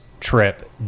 trip